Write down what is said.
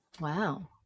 wow